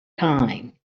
time